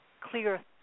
clear